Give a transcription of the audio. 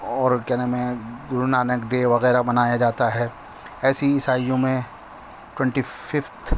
اور کیا نام ہے گرونانک ڈے وغیرہ منایا جاتا ہے ایسی عیسائیوں میں ٹونٹی ففتھ